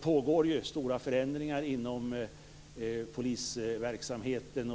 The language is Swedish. pågår det stora förändringar inom polisverksamheten.